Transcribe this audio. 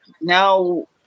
now